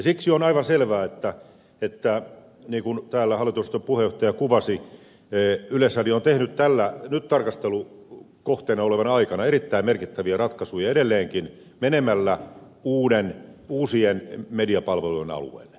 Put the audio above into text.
siksi on aivan selvää että niin kuin täällä hallintoneuvoston puheenjohtaja kuvasi yleisradio on tehnyt nyt tarkastelukohteena olevana aikana erittäin merkittäviä ratkaisuja edelleenkin menemällä uusien mediapalvelujen alueelle